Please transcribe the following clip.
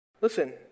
listen